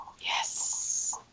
Yes